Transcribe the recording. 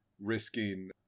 risking